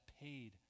paid